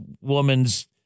woman's